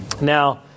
Now